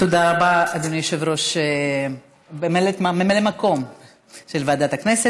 תודה רבה, אדוני ממלא מקום יושב-ראש ועדת הכנסת.